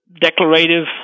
declarative